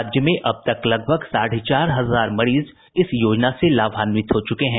राज्य में अब तक लगभग साढ़े चार हजार मरीज इस योजना से लाभान्वित हो चुके हैं